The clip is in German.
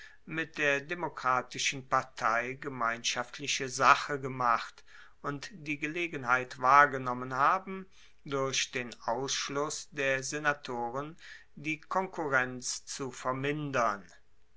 mit der demokratischen partei gemeinschaftliche sache gemacht und die gelegenheit wahrgenommen haben durch den ausschluss der senatoren die konkurrenz zu vermindern